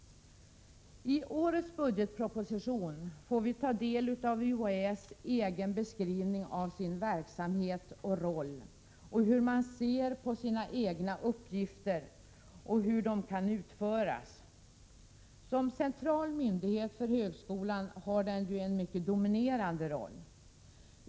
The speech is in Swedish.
I årets budgetproposition får vi ta del av UHÄ:s egen beskrivning av sin verksamhet och roll, hur man ser på sina egna uppgifter och deras utförande. Som central myndighet för högskolan har UHÄ en mycket dominerande roll.